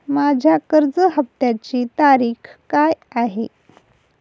माझ्या कर्ज हफ्त्याची तारीख काय आहे?